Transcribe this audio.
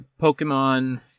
Pokemon